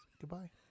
goodbye